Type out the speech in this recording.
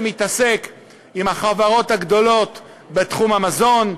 מתעסק עם החברות הגדולות בתחום המזון,